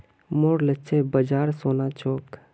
मोर लक्ष्य बाजार सोना छोक